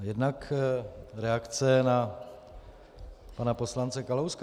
Jednak reakce na pana poslance Kalouska.